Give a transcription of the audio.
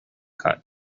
cut